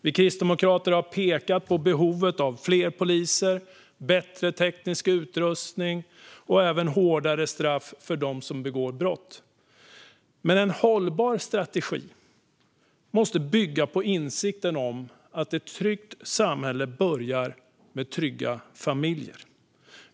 Vi kristdemokrater har pekat på behovet av fler poliser, bättre teknisk utrustning och även hårdare straff för dem som begår brott. Men en hållbar strategi måste bygga på insikten om att ett tryggt samhälle börjar med trygga familjer.